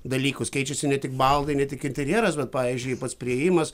dalykus keičiasi ne tik baldai ne tik interjeras bet pavyzdžiui pats priėjimas